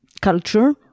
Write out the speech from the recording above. culture